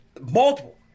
multiple